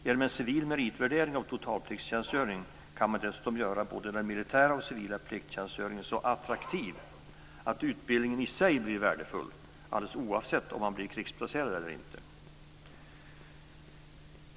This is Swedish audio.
Genom en civil meritvärdering av totalpliktstjänstgöring kan man dessutom göra både den militära plikttjänstgöringen och den civila plikttjänstgöringen så attraktiva att utbildningen i sig blir värdefull, alldeles oavsett om man blir krigsplacerad eller ej.